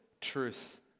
truth